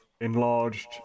enlarged